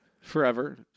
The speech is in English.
Forever